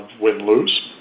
win-lose